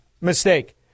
mistake